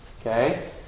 Okay